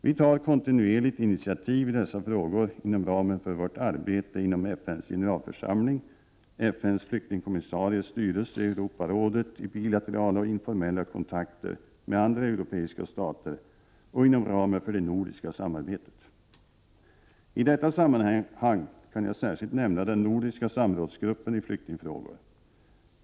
Vi tar kontinuerligt initiativ i dessa frågor inom ramen för vårt arbete i FN:s generalförsamling, FN:s flyktingkommissaries styrelse och Europarådet, i bilaterala och informella kontakter med andra europeiska stater och inom ramen för det nordiska samarbetet. I detta sammanhang kan jag särskilt nämna den nordiska samrådsgruppen i flyktingfrågor.